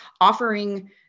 Offering